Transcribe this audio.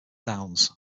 downs